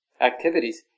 activities